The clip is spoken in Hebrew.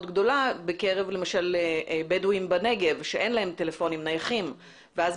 גדולה בקרב למשל בדואים בנגב שאין להם טלפונים נייחים ואז